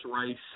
race